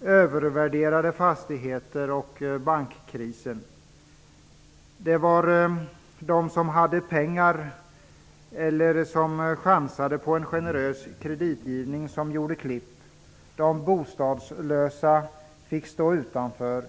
de övervärderade fastigheterna och bankkrisen. Det var de som hade pengar eller de som chansade på en generös kreditgivning som gjorde klipp. De bostadslösa fick stå utanför.